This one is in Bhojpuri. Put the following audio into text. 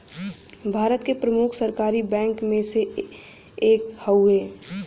भारत के प्रमुख सरकारी बैंक मे से एक हउवे